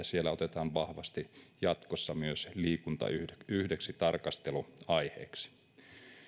siellä otetaan vahvasti jatkossa myös liikunta yhdeksi tarkastelun aiheeksi